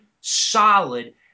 solid